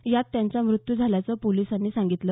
यात त्यांचा मृत्यू झाल्याचं पोलिसांनी सांगितलं